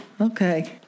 Okay